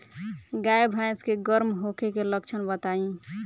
गाय भैंस के गर्म होखे के लक्षण बताई?